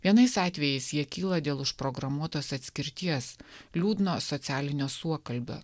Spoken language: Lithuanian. vienais atvejais jie kyla dėl užprogramuotos atskirties liūdno socialinio suokalbio